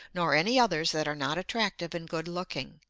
nor any others that are not attractive and good looking.